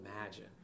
imagine